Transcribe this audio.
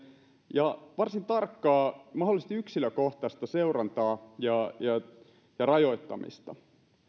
jo sairastaneet ja varsin tarkkaa mahdollisesti yksilökohtaista seurantaa ja rajoittamista tätä